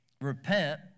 repent